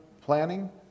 planning